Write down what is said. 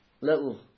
little